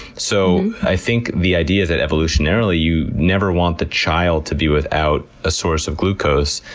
so i think the idea is that evolutionarily you never want the child to be without a source of glucose,